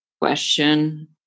question